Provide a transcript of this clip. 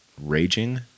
raging